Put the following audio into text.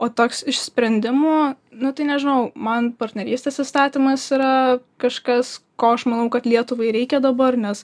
o toks išsprendimų nu tai nežinau man partnerystės įstatymas yra kažkas ko aš manau kad lietuvai reikia dabar nes